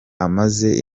amaze